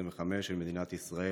העשרים-וחמש של מדינת ישראל.